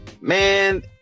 Man